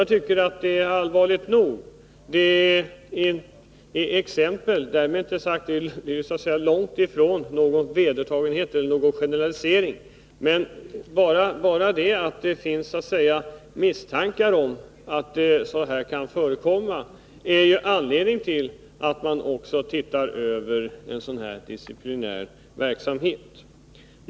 Jag tycker att detta är allvarligt nog. Det är långt ifrån någon generalisering, men bara det förhållandet att misstankar om att någonting sådant kan förekomma är anledning till att man bör se över en sådan disciplinär verksamhet.